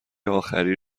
آخری